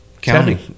counting